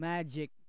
Magic